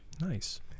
Nice